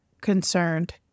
concerned